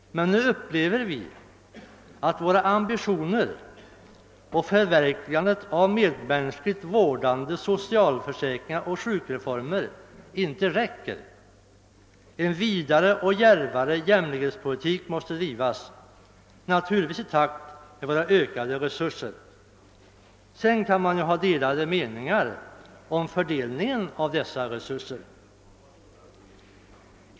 Men nu upplever vi att våra ambitioner och förverkligandet av medmänskligt vårdande socialförsäkringar och sjukreformer inte räcker. En vidare och djärvare jämlikhetspolitik måste bedrivas, naturligtvis i takt med våra ökade resurser. Sedan kan man ha delade meningar om fördelningen av dessa resurser.